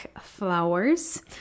flowers